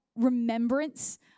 remembrance